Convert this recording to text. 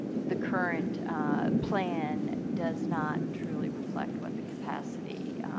the current ah plan does not truly reflect what the capacity